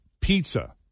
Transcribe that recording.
Pizza